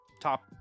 top